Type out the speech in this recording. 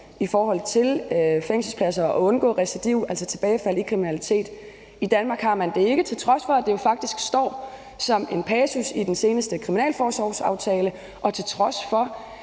i forhold til fængselspladser og til det at undgå recidiv, altså tilbagefald i kriminalitet. I Danmark har man det ikke, til trods for at det jo faktisk står som en passus i den seneste kriminalforsorgsaftale, og til trods for